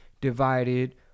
divided